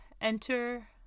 enter